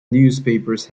newspapers